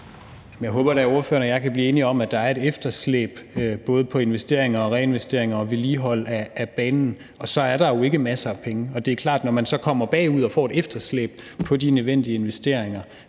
Jeg håber da, at ordføreren og jeg kan blive enige om, at der er et efterslæb både på investeringer og reinvesteringer og vedligehold af banen, og så er der jo ikke masser af penge. Det er klart, at når man så kommer bagud og får et efterslæb på de nødvendige investeringer